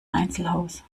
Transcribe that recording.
einzelhaus